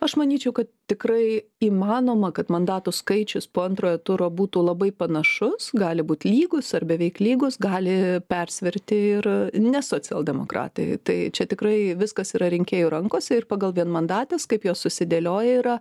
aš manyčiau kad tikrai įmanoma kad mandatų skaičius po antrojo turo būtų labai panašus gali būt lygus ar beveik lygus gali persverti ir ne socialdemokratai tai čia tikrai viskas yra rinkėjų rankose ir pagal vienmandates kaip jos susidėlioja yra